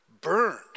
burned